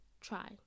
try